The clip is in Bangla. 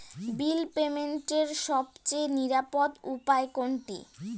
বিল পেমেন্টের সবচেয়ে নিরাপদ উপায় কোনটি?